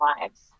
lives